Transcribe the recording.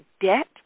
debt